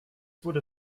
wurde